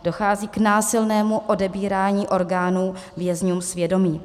Dochází k násilnému odebírání orgánů vězňům svědomí.